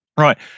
Right